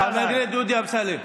חבר הכנסת דודי אמסלם,